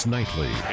Nightly